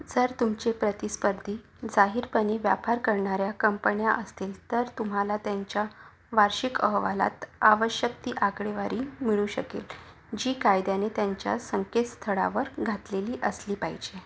जर तुमचे प्रतिस्पर्धी जाहीरपणे व्यापार करणाऱ्या कंपन्या असतील तर तुम्हाला त्यांच्या वार्षिक अहवालात आवश्यक ती आकडेवारी मिळू शकेल जी कायद्याने त्यांच्या संकेतस्थळावर घातलेली असली पाहिजे